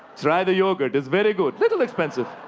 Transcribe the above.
try the yogurt. it's very good. little expensive.